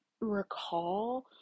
recall